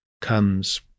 comes